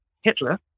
Hitler